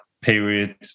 period